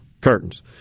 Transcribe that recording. Curtains